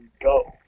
go